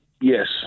yes